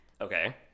Okay